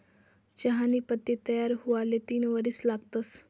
चहानी पत्ती तयार हुवाले तीन वरीस लागतंस